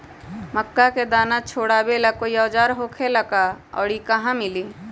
मक्का के दाना छोराबेला कोई औजार होखेला का और इ कहा मिली?